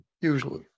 usually